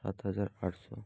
সাত হাজার আটশো